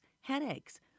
headaches